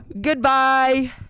goodbye